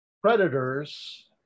predators